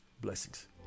blessings